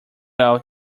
out